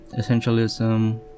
essentialism